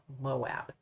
Moab